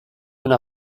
una